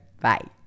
Bye